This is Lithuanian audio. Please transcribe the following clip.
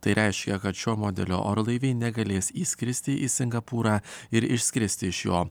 tai reiškia kad šio modelio orlaiviai negalės įskristi į singapūrą ir išskristi iš jo